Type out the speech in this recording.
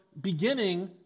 beginning